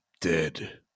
dead